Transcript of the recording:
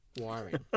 wiring